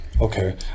Okay